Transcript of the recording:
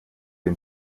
den